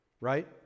right